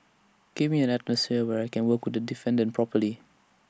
give me an atmosphere where I can work the defendant properly